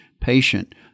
patient